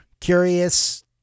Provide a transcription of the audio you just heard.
curious